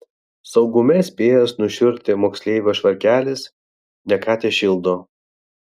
saugume spėjęs nušiurti moksleivio švarkelis ne ką tešildo